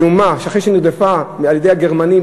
אחרי שנרדפה על-ידי הגרמנים,